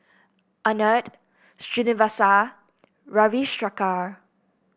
Anand Srinivasa Ravi Shankar